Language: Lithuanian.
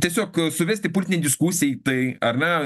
tiesiog suvesti politinei diskusijai tai ar ne